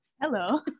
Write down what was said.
hello